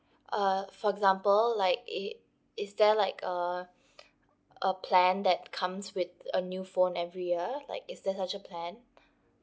uh for example like it is there like a a plan that comes with a new phone every year like is there such a plan